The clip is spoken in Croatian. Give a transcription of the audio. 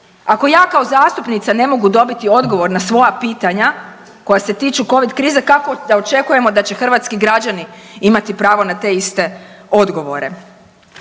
Ako ja kao zastupnica ne mogu dobiti odgovor na svoja pitanja koja se tiču covid krize kako da očekujemo da će hrvatski građani imati pravo na te iste odgovore.